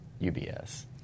UBS